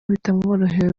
bitamworoheye